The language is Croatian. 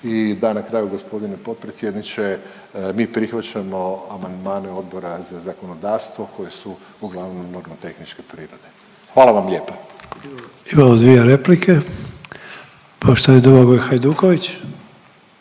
I da, na kraju gospodine potpredsjedniče mi prihvaćamo amandmane Odbora za zakonodavstvo koje su uglavnom nomotehničke prirode. Hvala vam lijepa. **Sanader, Ante (HDZ)** Imamo dvije replike, poštovani Domagoj Hajduković.